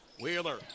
Wheeler